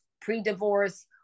pre-divorce